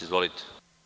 Izvolite.